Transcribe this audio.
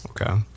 Okay